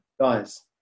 guys